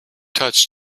touch